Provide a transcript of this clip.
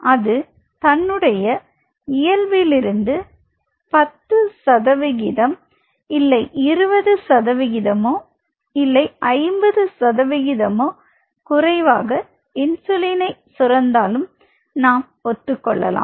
அது தன்னுடைய இயல்பிலிருந்து பத்து சதவிகிதமும் இல்லை 20 சதவிகிதமும் 50 சதவிகிதம் குறைவாக இன்சுலினை சுரந்தாலும் நாம் ஒத்துக் கொள்ளலாம்